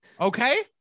Okay